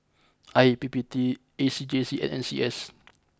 I P P T A C J C and N C S